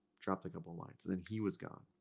dropped a couple lines, and then he was gone.